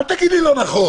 אל תגיד לי "לא נכון".